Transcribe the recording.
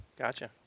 Gotcha